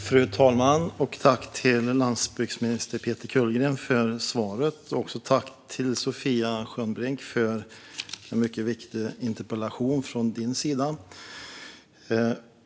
Fru talman! Tack till landsbygdsminister Peter Kullgren för svaret! Tack också till Sofia Skönnbrink för en mycket viktig interpellation från hennes sida!